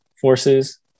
forces